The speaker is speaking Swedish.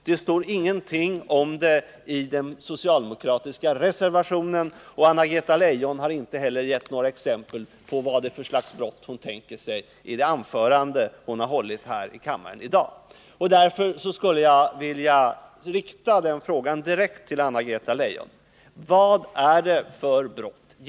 Det står ingenting om detta i den socialdemokratiska reservationen. Och Anna-Greta Leijon har inte heller gett några exempel i det anförande hon hållit här i kammaren i dag på vad det är för slags brott. Därför skulle jag vilja rikta frågan direkt till Anna-Greta Leijon: Vad är det för brott som avses?